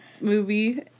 movie